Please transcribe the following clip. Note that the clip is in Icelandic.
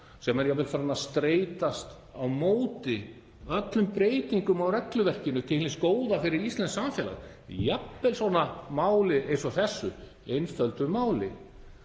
sem er jafnvel farinn að streitast á móti öllum breytingum á regluverkinu til hins góða fyrir íslenskt samfélag, jafnvel máli eins og þessu, einföldu máli.